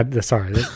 Sorry